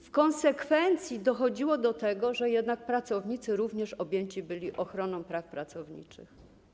W konsekwencji dochodziło do tego, że jednak pracownicy również byli objęci ochroną praw pracowniczych.